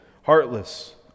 heartless